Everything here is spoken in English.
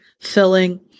filling